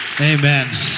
Amen